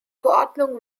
verordnung